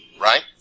right